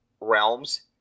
realms